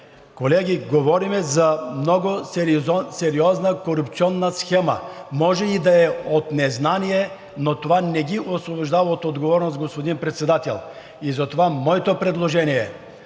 Колеги, говорим за много сериозна корупционна схема. Може и да е от незнание, но това не ги освобождава от отговорност, господин Председател. Затова моето предложение е